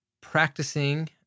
practicing